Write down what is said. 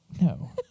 No